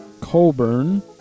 Colburn